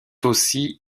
aussi